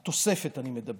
על התוספת אני מדבר.